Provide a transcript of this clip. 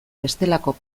bestelako